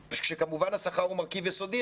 כשכמובן השכר הוא מרכיב יסודי,